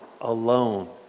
alone